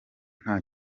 nta